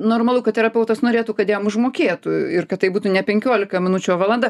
normalu kad terapeutas norėtų kad jam užmokėtų ir kad tai būtų ne penkiolika minučių o valanda